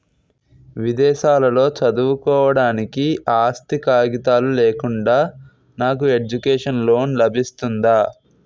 విదేశాలలో చదువుకోవడానికి ఆస్తి కాగితాలు లేకుండా నాకు ఎడ్యుకేషన్ లోన్ లబిస్తుందా?